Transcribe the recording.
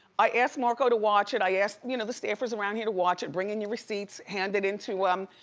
i asked marco to watch it. i asked you know the staffers around here to watch it, bring in your receipts, hand it into um